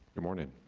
good morning.